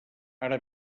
ara